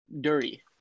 Dirty